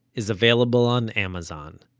is available on amazon